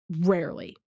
rarely